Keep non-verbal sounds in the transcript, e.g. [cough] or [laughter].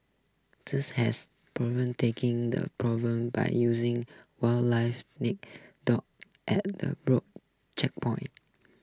[unintelligible] has [unintelligible] taking the problem by using wildlife nick dogs at the broad checkpoints